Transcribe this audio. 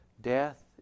Death